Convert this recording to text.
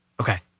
Okay